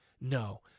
No